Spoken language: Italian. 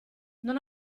non